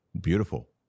beautiful